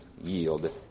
yield